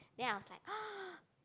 then I was like